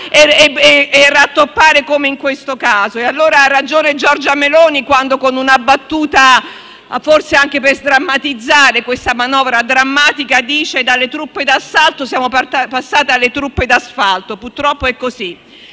e rattoppare come in questo caso. Ha ragione allora Giorgia Meloni quando con una battuta, forse anche per sdrammatizzare questa manovra drammatica, dice che dalle truppe d'assalto siamo passati alle truppe d'asfalto: purtroppo è così.